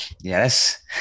Yes